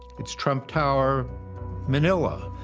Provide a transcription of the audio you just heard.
it's trump tower manila,